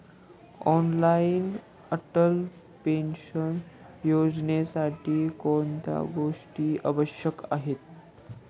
Online Atal pension योजनेसाठी कोणत्या गोष्टी आवश्यक आहेत?